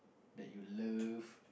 that you love